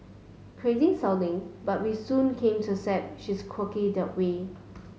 crazy sounding but we soon came to accept she is quirky that way